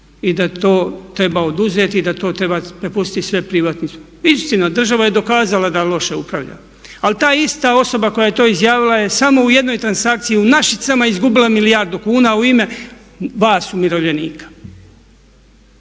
i da to treba oduzeti i da to treba prepustiti sve privatnicima. Istina, država je dokazala da loše upravlja. Ali ta ista osoba koja je to izjavila je samo u jednoj transakciji u Našicama izgubila milijardu kuna u ime vas umirovljenika.